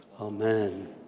Amen